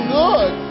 good